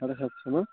সাড়ে সাতশো না